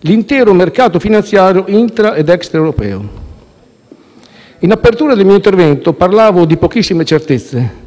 l'intero mercato finanziario intra e extra europeo. In apertura del mio intervento parlavo di pochissime certezze che abbiamo in questa fase di transizione